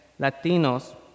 Latinos